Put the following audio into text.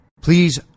Please